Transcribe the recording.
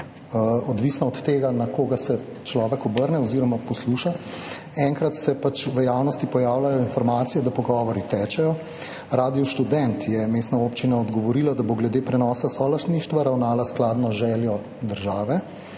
odvisne od tega, na koga se človek obrne oziroma posluša. Enkrat se pač v javnosti pojavljajo informacije, da pogovori tečejo. Radiu Študent je mestna občina odgovorila, da bo glede prenosa solastništva ravnala skladno z željo države,